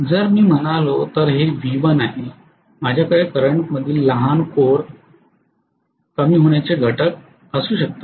जर मी म्हणालो तर हे V1 आहे माझ्याकडे करंटमधील लहान कोर कमी होण्याचे घटक असू शकतात